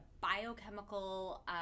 biochemical